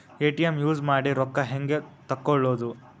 ATM use ಮಾಡಿ ರೊಕ್ಕ ಹೆಂಗೆ ತಕ್ಕೊಳೋದು?